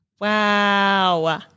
Wow